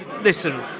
listen